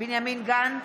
בנימין גנץ,